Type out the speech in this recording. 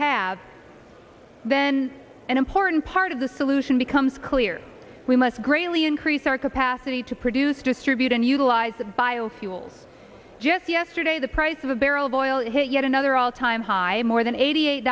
have been an important part of the solution becomes clear we must greatly increase our capacity to produce distribute and utilize biofuels just yesterday the price of a barrel of oil hit yet another all time high more than eighty eight